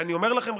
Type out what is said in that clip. אני אומר לכם,